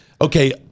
okay